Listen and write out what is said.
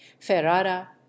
ferrara